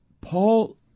Paul